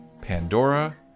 Pandora